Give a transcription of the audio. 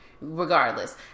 regardless